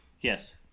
Yes